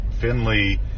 Finley